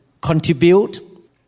contribute